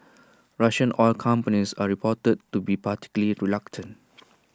Russian oil companies are reported to be particularly reluctant